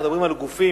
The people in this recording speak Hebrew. אנחנו מדברים על גופים